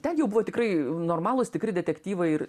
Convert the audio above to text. ten jau buvo tikrai normalūs tikri detektyvai ir